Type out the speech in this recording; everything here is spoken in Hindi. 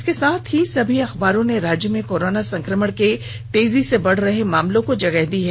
इसके साथ ही सभी अखबारों ने राज्य में कोरोना संक्रमण के तेजी से बढ़ रहे मामलों को जगह दी है